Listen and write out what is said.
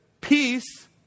peace